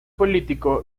político